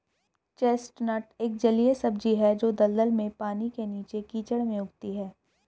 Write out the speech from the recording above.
chestnut एक जलीय सब्जी है जो दलदल में, पानी के नीचे, कीचड़ में उगती है